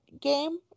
game